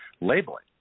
labeling